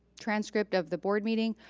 transcript of the board meeting.